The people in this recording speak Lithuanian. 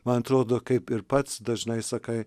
man atrodo kaip ir pats dažnai sakai